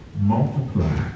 multiply